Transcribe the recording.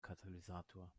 katalysator